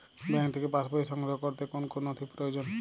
Bank থেকে passbook সংগ্রহ করতে কোন কোন নথি প্রয়োজন?